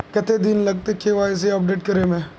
कते दिन लगते के.वाई.सी अपडेट करे में?